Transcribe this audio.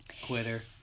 Quitter